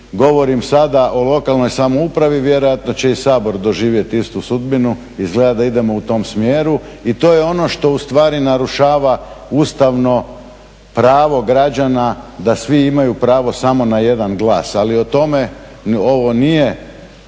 govorim sada o lokalnoj samoupravi, vjerojatno će i Sabor doživjeti istu sudbinu, izgleda da idemo u tom smjeru. I to je ono što ustvari narušava ustavno pravo građana da svi imaju pravo samo na jedan glas, ali o tome, ovo nije